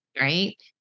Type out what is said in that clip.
right